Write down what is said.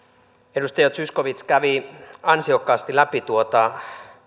edustaja zyskowicz kävi ansiokkaasti läpi tuota